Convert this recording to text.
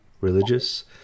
religious